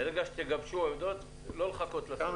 ברגע שתגבשו עמדות, לא לחכות לסוף.